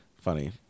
funny